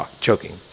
choking